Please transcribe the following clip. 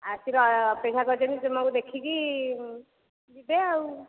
ଆସିବା ସେମାନେ ଅପେକ୍ଷା କରିଛନ୍ତି ତୁମକୁ ଦେଖିକି ଯିବେ ଆଉ